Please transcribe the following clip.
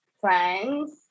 friends